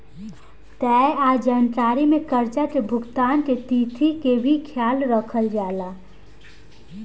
तय आय जानकारी में कर्जा के भुगतान के तिथि के भी ख्याल रखल जाला